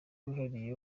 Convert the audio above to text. wihariye